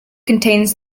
contains